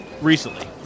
recently